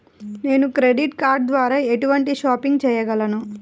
నేను credit card ద్వార ఎటువంటి షాపింగ్ చెయ్యగలను?